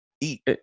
eat